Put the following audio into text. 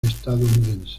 estadounidense